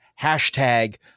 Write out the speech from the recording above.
Hashtag